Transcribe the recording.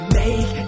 make